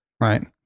Right